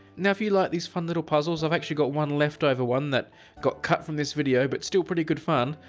now if you like these fun little puzzles i've actually got one left over, one that got cut from this video, but it's still pretty good fun.